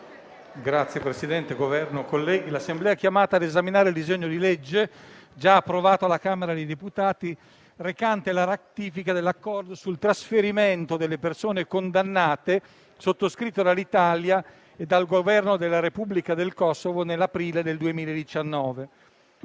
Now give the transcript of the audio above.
rappresentanti del Governo, colleghi, l'Assemblea è chiamata a esaminare il disegno di legge, già approvato alla Camera dei deputati, recante la ratifica dell'Accordo sul trasferimento delle persone condannate, sottoscritto dall'Italia e dal Governo della Repubblica del Kosovo nell'aprile del 2019.